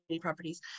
properties